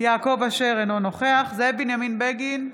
יעקב אשר, אינו נוכח זאב בנימין בגין,